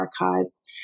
archives